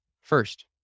First